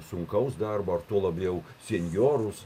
sunkaus darbo ar tuo labiau senjorus